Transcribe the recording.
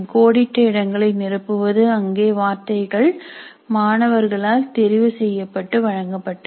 கோடிட்ட இடங்களை நிரப்புவது அங்கே வார்த்தைகள் மாணவர்களால் தெரிவு செய்யப்பட்டு வழங்கப்பட்டது